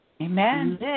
Amen